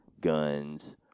guns